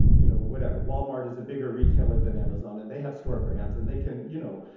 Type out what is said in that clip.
you know whatever. walmart is a bigger retailer than amazon, and they have store brands. and they can, you know,